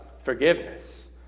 forgiveness